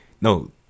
No